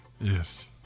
Yes